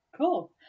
Cool